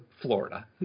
Florida